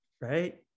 right